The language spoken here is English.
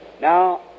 Now